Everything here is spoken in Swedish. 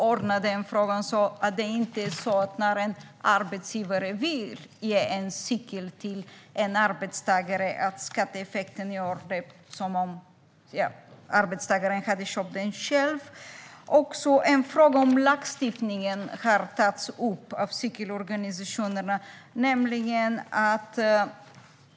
Om en arbetsgivare ger en cykel till en arbetstagare får inte skatteeffekten bli som att arbetstagaren själv hade köpt cykeln. Cykelorganisationerna har även tagit upp en fråga om lagstiftningen.